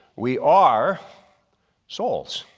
we are souls.